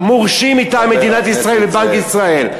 לא היו מורשים מטעם מדינת ישראל ובנק ישראל.